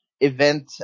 event